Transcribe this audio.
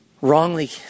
wrongly